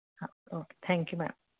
हा thank you madam